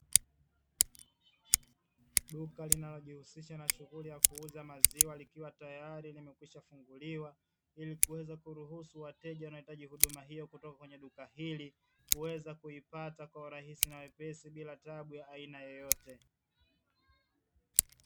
Duka linalojihusisha na shughuli ya kuuza maziwa likiwa tayari limekwisha funguliwa, ili kuweza kuruhusu wateja wanaohitaji huduma hiyo kutoka kwenye duka hili, kuweza kuipata kwa urahisi na wepesi bila tabu ya aina yoyote.